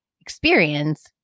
experience